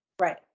Right